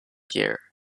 year